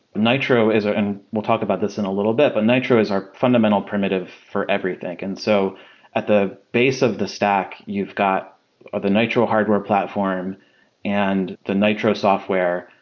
nitro is and we'll talk about this in a little bit, but nitro is our fundamental primitive for everything. and so at the base of the stack, you've got ah the nitro hardware platform and the nitro software,